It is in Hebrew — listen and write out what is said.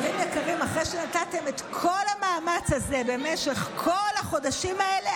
וכל המדינה עושה את זה באחדות נפלאה.